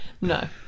No